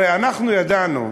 הרי אנחנו ידענו,